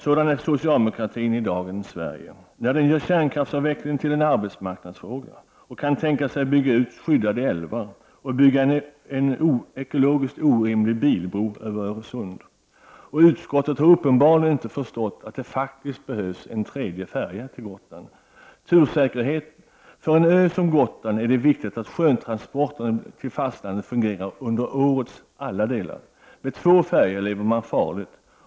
Sådan är socialdemokratin i dagens Sverige, när den gör kärnkraftsavvecklingen till en arbetsmarknadsfråga och kan tänka sig att bygga ut skyddade älvar och bygga en ekologiskt orimlig bilbro över Öresund. Utskottet har uppenbarligen inte förstått att det faktiskt behövs en tredje färja till Gotland. För en ö som Gotland är det viktigt att sjötransporterna till fastlandet fungerar under årets alla delar. Med två färjor lever man farligt.